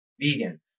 vegan